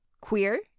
queer